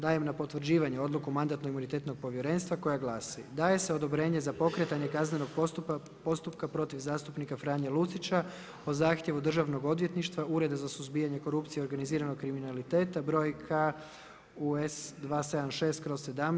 Daje na potvrđivanju odluku Mandatno imunitetnog povjerenstva koja glasi, daje se odobrenje za pokretanje kaznenog postupka protiv zastupnika Franje Lucića o zahtjevu Državnog odvjetništva, Ureda za suzbijanje korupcije i organiziranog kriminaliteta, brojka US 276/